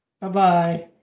Bye-bye